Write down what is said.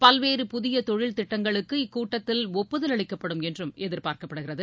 பல்வேறு புதிய தொழில் திட்டங்களுக்கு இக்கூட்டத்தில் ஒப்புதல் அளிக்கப்படும் என்று எதிர்பார்க்கப்படுகிறது